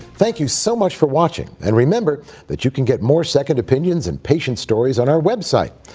thank you so much for watching, and remember that you can get more second opinions and patient stories on our website.